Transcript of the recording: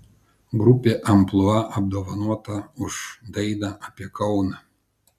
grupė amplua apdovanota už dainą apie kauną